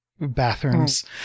bathrooms